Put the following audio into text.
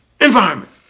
environment